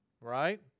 right